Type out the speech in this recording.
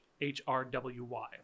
H-R-W-Y